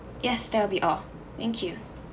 yes that will be all thank you